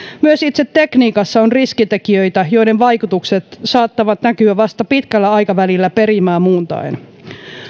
myös itse tekniikassa on riskitekijöitä joiden vaikutukset saattavat näkyä vasta pitkällä aikavälillä perimää muuntaen